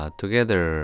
together